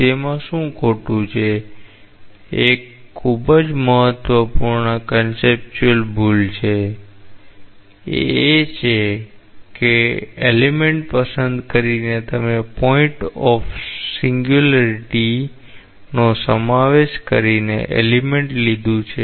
તેમાં શું ખોટું છે એક ખૂબ જ મહત્વપૂર્ણ કન્સેપ્ચૂઅલ ભૂલ એ છે કે આ તત્વ પસંદ કરીને તમે પોઇન્ટ ઓફ સિંગ્યુલારિટીનો સમાવેશ કરીને તત્વ લીધું છે